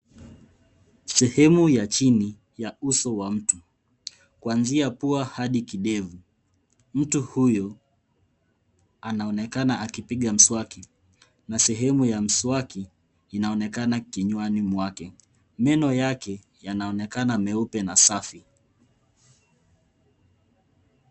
Sehemu ya chini ya uso wa mtu kuanzia pua hadi kidevu. Mtu huyu anaonekana akipiga mswaki na sehemu ya mswaki inaonekana kinywani mwake. Meno yake yanaonekana meupe na safi.